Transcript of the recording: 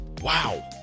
Wow